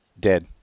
Dead